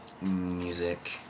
Music